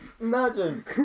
Imagine